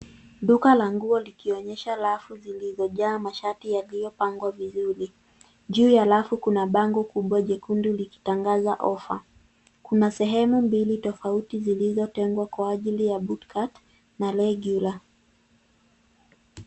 Duka la nguo likionyesha rafu zilizojaa mashati yaliyopangwa vizuri. Juu ya rafu kuna bango kubwa jekundu likitangaza ofa. Kuna sehemu mbili tofauti zilizotengwa kwa ajili ya bootcut na regular .